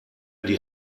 die